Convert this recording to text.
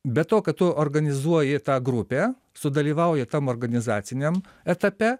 be to kad tu organizuoji tą grupę sudalyvauji tam organizaciniam etape